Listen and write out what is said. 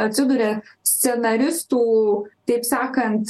atsiduria scenaristų taip sakant